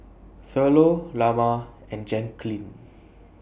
Thurlow Lamar and Jackeline